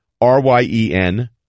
R-Y-E-N